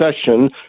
session